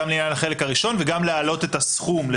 להעלות את הסכום.